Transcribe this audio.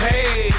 Hey